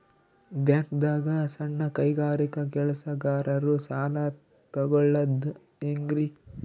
ಬ್ಯಾಂಕ್ದಾಗ ಸಣ್ಣ ಕೈಗಾರಿಕಾ ಕೆಲಸಗಾರರು ಸಾಲ ತಗೊಳದ್ ಹೇಂಗ್ರಿ?